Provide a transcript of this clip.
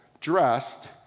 dressed